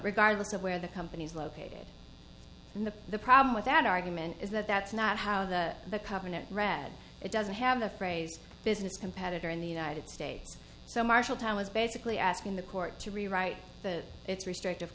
regardless of where the company's located in the the problem with that argument is that that's not how the the covenant read it doesn't have the phrase business competitor in the united states so marshalltown was basically asking the court to rewrite the it's restrictive